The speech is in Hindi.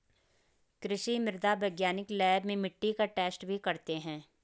कृषि मृदा वैज्ञानिक लैब में मिट्टी का टैस्ट भी करते हैं